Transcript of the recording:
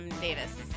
Davis